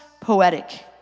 poetic